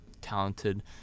talented